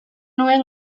nuen